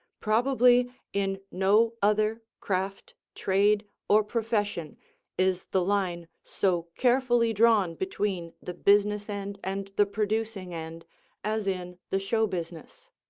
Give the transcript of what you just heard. probably in no other craft, trade or profession is the line so carefully drawn between the business end and the producing end as in the show business.